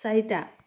চাৰিটা